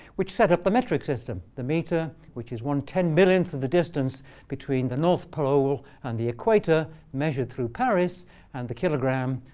which set up the metric system the meter, which is ten millionth of the distance between the north pole and the equator measured through paris and the kilogram,